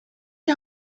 die